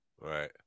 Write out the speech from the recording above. Right